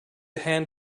hand